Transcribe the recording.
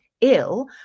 ill